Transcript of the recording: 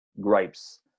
gripes